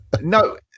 No